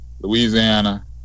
Louisiana